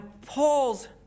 Paul's